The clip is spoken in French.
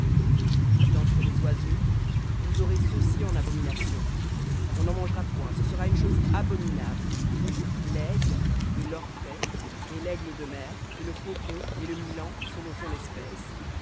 et d'entre les oiseaux vous aurez ceux-ci en abomination on n'en mangera point ce sera une chose abominable l'aigle et l'orfraie et l'aigle de mer et le faucon et le milan selon son espèce